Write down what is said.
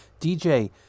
DJ